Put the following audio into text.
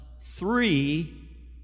three